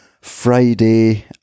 Friday